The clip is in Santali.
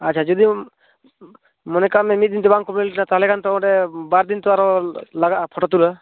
ᱟᱪᱪᱷᱟ ᱡᱩᱫᱤᱢ ᱢᱚᱱᱮ ᱠᱟᱜ ᱢᱮ ᱢᱤᱫ ᱫᱤᱱ ᱛᱮ ᱵᱟᱝ ᱠᱳᱢᱯᱤᱞᱤᱴ ᱞᱮᱱᱟ ᱛᱟᱦᱚᱞᱮ ᱠᱷᱟᱱ ᱛᱳ ᱚᱸᱰᱮ ᱵᱟᱨ ᱫᱤᱱ ᱛᱳ ᱟᱨᱳ ᱞᱟᱜᱟᱜᱼᱟ ᱯᱷᱳᱴᱳ ᱛᱩᱞᱟᱹᱣ